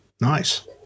nice